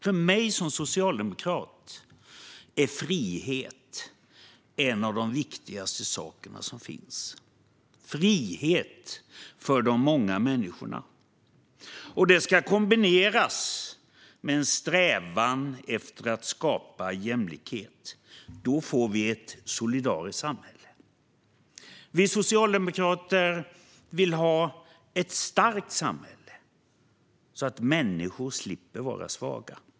För mig som socialdemokrat är frihet en av de viktigaste saker som finns - frihet för de många människorna. Det ska kombineras med en strävan efter att skapa jämlikhet. Då får vi ett solidariskt samhälle. Vi socialdemokrater vill ha ett starkt samhälle så att människor slipper vara svaga.